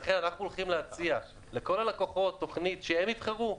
לכן אנחנו הולכים להציע לכל הלקוחות תוכנית שהם יבחרו.